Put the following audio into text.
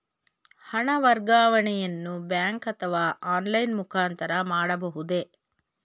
ಹಣ ವರ್ಗಾವಣೆಯನ್ನು ಬ್ಯಾಂಕ್ ಅಥವಾ ಆನ್ಲೈನ್ ಮುಖಾಂತರ ಮಾಡಬಹುದೇ?